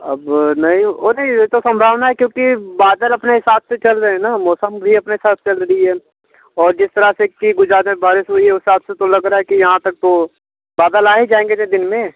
अब नहीं और ये तो संभावना है क्योंकि बादल अपने हिसाब से चल रहें ना मौसम भी अपने हिसाब से चल रहा है और जिस तरह से कि गुजरात में बारिश हुई है हिसाब से लग रहा है कि यहाँ तक तो बादल आ ही जाएँगे दिन में